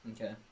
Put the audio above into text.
Okay